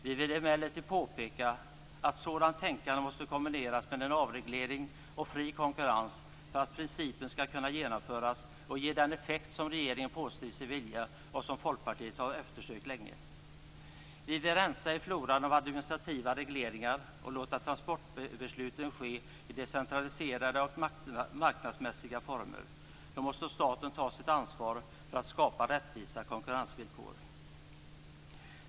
Vi vill emellertid påpeka att sådant tänkande måste kombineras med en avreglering och fri konkurrens för att principen skall kunna genomföras och ge den effekt som regeringen påstår sig vilja och som Folkpartiet länge har eftersökt. Vi vill rensa i floran av administrativa regleringar och låta transportbesluten ske i decentraliserade och marknadsmässiga former. Då måste staten ta sitt ansvar för att skapa rättvisa konkurrensvillkor.